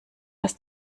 was